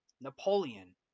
Napoleon